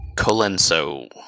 Colenso